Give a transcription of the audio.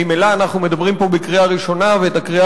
ממילא אנחנו מדברים פה בקריאה ראשונה ואת הקריאה